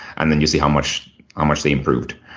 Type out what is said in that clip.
and then you see how much ah much they improved,